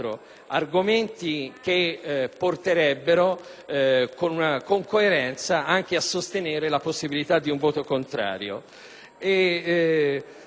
argomenti che porterebbero con coerenza a sostenere la possibilità di un voto contrario.